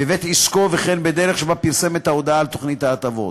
בבית-עסקו וכן בדרך שבה פרסם את ההודעה על תוכנית ההטבות.